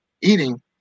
eating